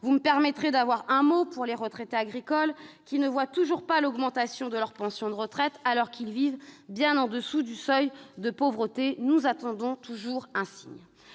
vous me permettrez d'avoir un mot pour les retraités agricoles, qui ne voient toujours pas venir l'augmentation de leur pension de retraite, alors qu'ils vivent bien en dessous du seuil de pauvreté. Nous attendons toujours un signe.